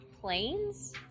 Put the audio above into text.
planes